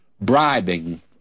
Bribing